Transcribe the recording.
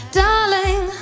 darling